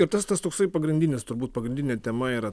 ir tas tas toksai pagrindinis turbūt pagrindinė tema yra